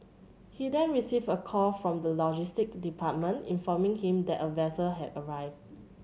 he then received a call from the logistic department informing him that a vessel had arrived